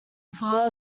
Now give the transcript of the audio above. far